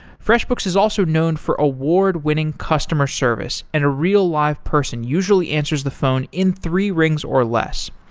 freshbooks is also known for award-winning customer service and real life person usually answers the phone in three rings or less.